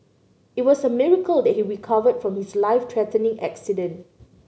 it was a miracle that he recovered from his life threatening accident